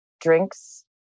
drinks